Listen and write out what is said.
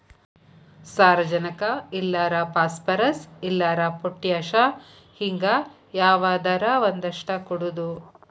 ಸಾರಜನಕ ಇಲ್ಲಾರ ಪಾಸ್ಪರಸ್, ಇಲ್ಲಾರ ಪೊಟ್ಯಾಶ ಹಿಂಗ ಯಾವದರ ಒಂದಷ್ಟ ಕೊಡುದು